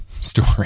story